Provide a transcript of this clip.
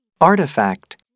Artifact